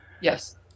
Yes